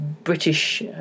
British